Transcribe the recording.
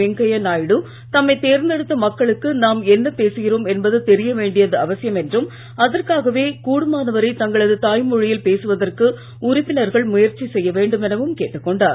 வெங்கையா நாயுடு தம்மை தேர்ந்தெடுத்த மக்களுக்கு நாம் என்ன பேசுகிறோம் என்பது தொியவேண்டியது அவசியம் என்றும் அதற்காகவே கூடுமானவரை தங்களது தாய்மொழியில் பேசுவதற்கு உறுப்பினர்கள் முயற்சி செய்ய வேண்டும் எனவும் கேட்டுக்கொண்டார்